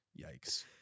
Yikes